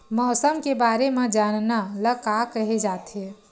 मौसम के बारे म जानना ल का कहे जाथे?